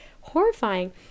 Horrifying